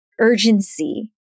urgency